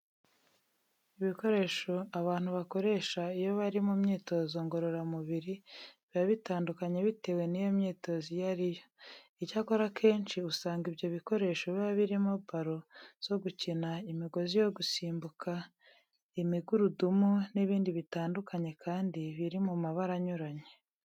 Ibikoresho abantu bakoresha iyo bari mu myitozo ngiroramubiri, biba bitandukanye bitewe n'iyo myitozo iyo ari yo. Icyakora akenshi usanga ibyo bikoresho biba birimo balo zo gukina, imigozi yo gusimbuka, ibigurudumu n'ibindi bitandukanye kandi biri mu mabara anyuranye.